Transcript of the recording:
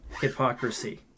hypocrisy